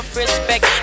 respect